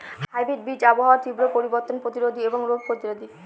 hybrid বীজ আবহাওয়ার তীব্র পরিবর্তন প্রতিরোধী এবং রোগ প্রতিরোধী